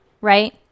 Right